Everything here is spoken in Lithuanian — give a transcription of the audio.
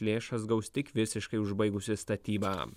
lėšas gaus tik visiškai užbaigusi statybą